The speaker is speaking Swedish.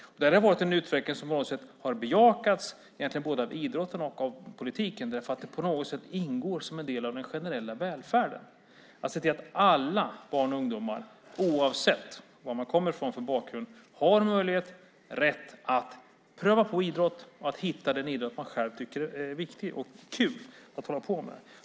Det har varit en utveckling som på många sätt har bejakats, egentligen både av idrotten och av politiken. Det ingår på något sätt som en del av den generella välfärden att se till att alla barn och ungdomar, oavsett var de kommer från för bakgrund, har en möjlighet och rätt att pröva på idrott och hitta den idrott de själva tycker är viktig och kul att hålla på med.